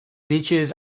beaches